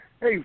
Hey